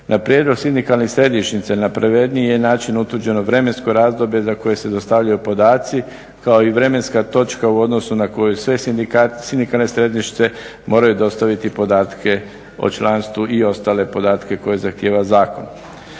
Na prijedlog sindikalnih središnjica na pravedniji je način utvrđeno vremensko razdoblje za koje se dostavljaju podaci kao i vremenska točka u odnosu na koju sve sindikalne središnjice dostavljaju podatke. Evo dopustite da za kraj još